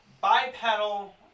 bipedal